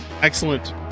excellent